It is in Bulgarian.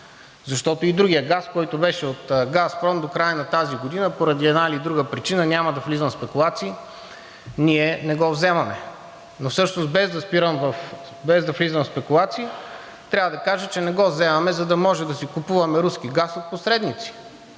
защото и другият газ, който беше от „Газпром“ до края на тази година, поради една или друга причина – няма да влизам в спекулации, ние не го вземаме. Но всъщност, без да влизам в спекулации, трябва да кажа, че не го вземаме, за да можем да си купуваме руски газ от посредници